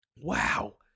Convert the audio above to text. wow